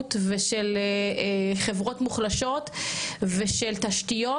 תרבות ושל חברות מחלשות ושל תשתיות,